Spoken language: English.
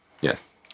Yes